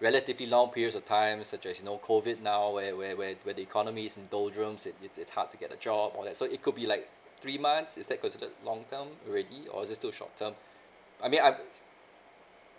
relatively long period of time such as no COVID now where where where where the economy is and it's it's hard to get a job all that so it could be like three months is that considered long term already or is it still short term I mean I